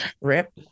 Rip